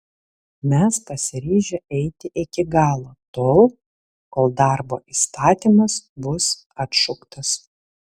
mes pasiryžę eiti iki galo tol kol darbo įstatymas bus atšauktas